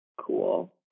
cool